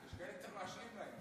יש כאלה שצריך להשלים להם.